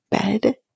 bed